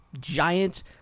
giant